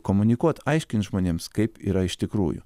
komunikuot aiškint žmonėms kaip yra iš tikrųjų